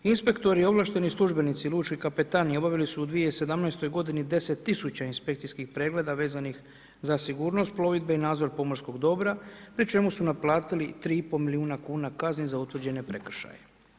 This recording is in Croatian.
Inspektori i ovlašteni službenici lučkih kapetanija obavili su u 2017. godini 10 000 inspekcijskih pregleda vezanih za sigurnost plovidbe i nadzor pomorskog dobra pri čemu su naplatili 3 i pol milijuna kuna kazni za utvrđene prekršaje.